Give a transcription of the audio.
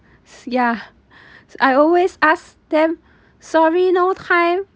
s~ ya I always ask them sorry no time